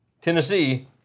Tennessee